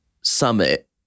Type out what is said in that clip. summit